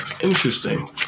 interesting